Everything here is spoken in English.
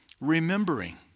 remembering